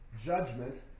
judgment